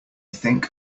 think